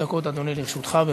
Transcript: שלוש דקות, אדוני, לרשותך.